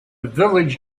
village